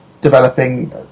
developing